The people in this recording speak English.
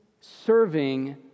serving